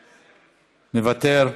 מוותר,